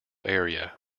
area